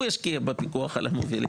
הוא ישקיע בפיקוח על המובילים.